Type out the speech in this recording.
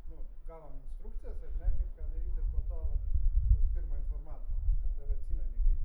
nu gavom instrukcijas ar ne kaip ką daryt ir po to vat pas pirmą informantą ar atsimeni kaip